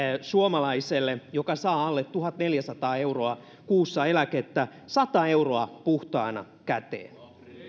suomalaiselle joka saa alle tuhatneljäsataa euroa kuussa eläkettä sata euroa puhtaana käteen